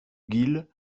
guil